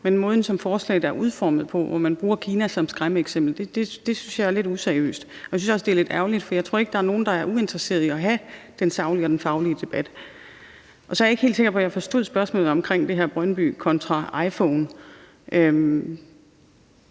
men måden, som forslaget er udformet på, hvor man bruger Kina som skræmmeeksempel, synes jeg er lidt useriøst. Jeg synes også, det er lidt ærgerligt, for jeg tror ikke, der er nogen, der er uinteresserede i at have den saglige og faglige debat. Så er jeg ikke helt sikker på, at jeg forstod spørgsmålet om det her med Brøndby kontra iPhone. Men